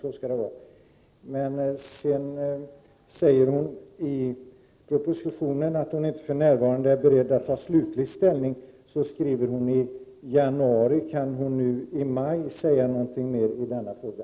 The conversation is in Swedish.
I propositionen säger justitieministern dock att hon inte för närvarande är beredd att ta slutlig ställning. Det skrev hon i januari. Kan hon nu i maj säga något mer i denna fråga?